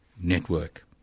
Network